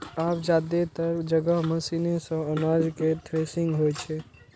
आब जादेतर जगह मशीने सं अनाज केर थ्रेसिंग होइ छै